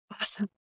Awesome